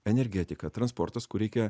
energetika transportas kur reikia